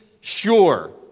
sure